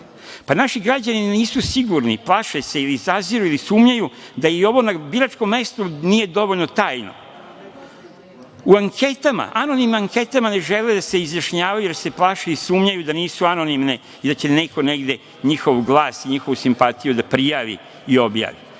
Naši građani nisu sigurni, plaše se ili zaziru ili sumnjaju da i ovo na biračkom mestu nije dovoljno tajno. U anonimnim anketama ne žele da se izjašnjavaju, jer se plaše i sumnjaju da nisu anonimne i da će neko negde njihov glas i njihovu simpatiju da prijavi i objavi.